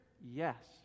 Yes